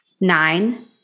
Nine